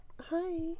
hi